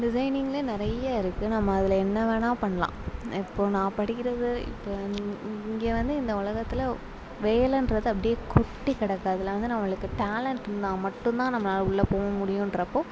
டிசைனிங்கிலே நிறைய இருக்குது நம்ம அதில் என்ன வேணுணா பண்ணலாம் இப்போது நான் படிக்கிறது இப்போ இங்கே வந்து இந்த உலகத்தில் வேலைன்றது அப்படியே கொட்டி கிடக்கு அதில் வந்து நம்மளுக்கு டேலண்டு இருந்தால் மட்டும்தான் நம்மளால் உள்ளே போகவும் முடியும்ன்றப்போ